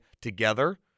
together